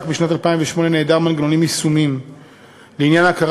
בשנת 2008 נעדר מנגנונים יישומיים לעניין ההכרה